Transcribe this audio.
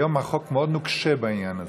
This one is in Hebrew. היום החוק מאוד נוקשה בעניין הזה.